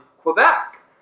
Quebec